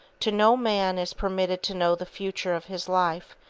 to no man is permitted to know the future of his life,